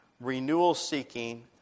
renewal-seeking